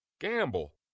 Gamble